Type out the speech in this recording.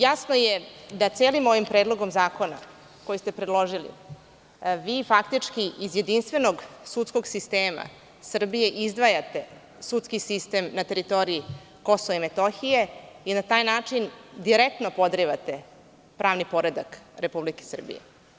Jasno je da celim ovim predlogom zakona koji ste predložili vi faktički iz jedinstvenog sistema Srbije izdvajate sudski sistem na teritoriji Kosova i Metohije i na taj način direktno podrivate pravni poredak Republike Srbije.